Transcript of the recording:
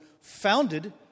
founded